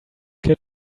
kid